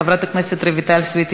חברת הכנסת רויטל סויד,